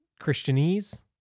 Christianese